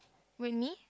with me